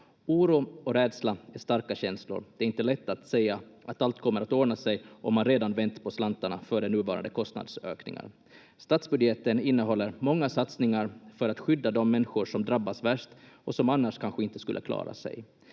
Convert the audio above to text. Oro och rädsla är starka känslor. Det är inte lätt att säga att allt kommer att ordna sig om man redan vänt på slantarna före nuvarande kostnadsökningar. Statsbudgeten innehåller många satsningar för att skydda de människor som drabbas allra värst och som annars kanske inte skulle klara sig.